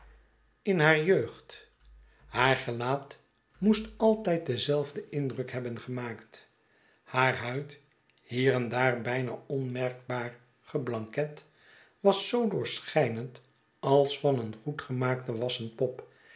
in haar jeugd haar gelaat moest altijd denzelfden indruk hebben gemaakt haar huid hier en daar bijna onmerkbaar geblanket was zoo doorschijnend als van een goed gemaakte wassen pop